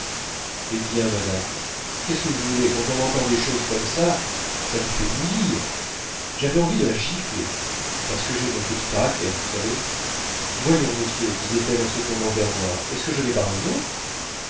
hé bien madame qu'est-ce que vous voulez quand on entend des choses comme ça ça vous fait bouillir j'avais envie de la gifler parce que j'ai mon petit caractère vous savez voyons monsieur disait-elle en se tournant vers moi est-ce que je n'ai pas raison